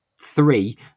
three